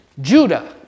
Judah